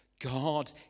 God